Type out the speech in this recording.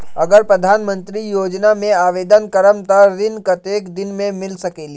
अगर प्रधानमंत्री योजना में आवेदन करम त ऋण कतेक दिन मे मिल सकेली?